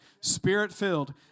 spirit-filled